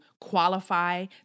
qualify